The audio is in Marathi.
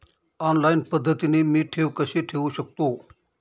ऑनलाईन पद्धतीने मी ठेव कशी ठेवू शकतो?